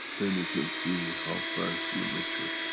then you can see how fast you mature.